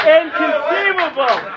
inconceivable